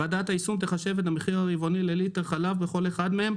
ועדת היישום תחשב את המחיר הרבעוני לליטר חלב בכל אחד מהם,